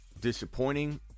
disappointing